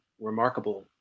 remarkable